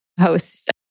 host